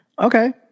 Okay